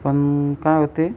पण काय होते